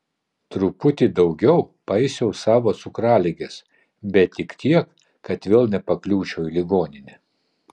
truputį daugiau paisiau savo cukraligės bet tik tiek kad vėl nepakliūčiau į ligoninę